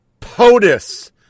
POTUS